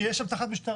כי יש שם תחנת משטרה?